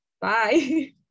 Bye